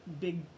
big